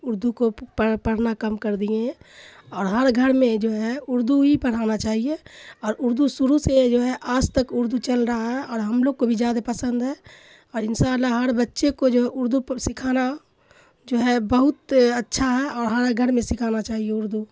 اردو کو پڑھنا کم کر دیے ہیں اور ہڑ گھر میں جو ہے اردو ہی پڑھانا چاہیے اور اردو شروع سے جو ہے آج تک اردو چل رہا ہے اور ہم لوگ کو بھی زیادہ پسند ہے اور ان شاء اللہ ہر بچے کو جو ہے اردو سکھانا جو ہے بہت اچھا ہے اور ہر گھر میں سکھانا چاہیے اردو